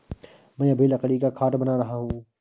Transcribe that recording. मैं अभी लकड़ी का खाट बना रहा हूं